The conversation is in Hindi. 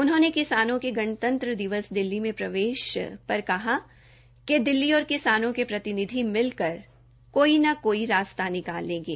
उन्होंने किसानों के गणंतत्र दिवस दिल्ली में प्रवेश पर कहा कि दिल्ली और किसानों के प्रतिनिधि मिलकर कोई न कोई रास्ता निकाल लेंगे